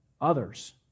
others